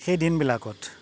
সেই দিনবিলাকত